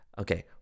okay